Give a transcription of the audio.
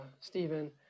Stephen